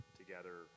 together